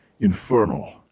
Infernal